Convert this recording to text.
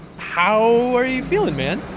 how are you feeling, man?